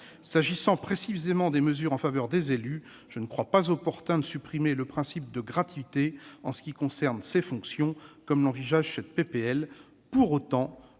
S'agissant précisément des mesures en faveur des élus, je ne crois pas opportun de supprimer le principe de gratuité pour ce qui concerne leurs fonctions, comme cela est proposé par